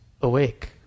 Awake